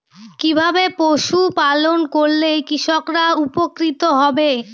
কিভাবে পশু পালন করলেই কৃষকরা উপকৃত হবে?